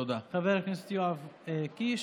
תודה, חבר הכנסת יואב קיש.